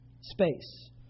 space